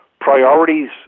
priorities